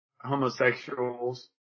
homosexuals